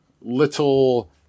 little